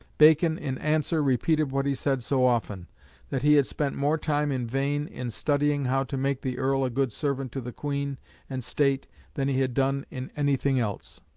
bacon, in answer, repeated what he said so often that he had spent more time in vain in studying how to make the earl a good servant to the queen and state than he had done in anything else.